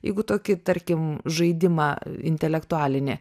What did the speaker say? jeigu tokį tarkim žaidimą intelektualinį